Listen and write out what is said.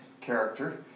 character